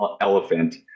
elephant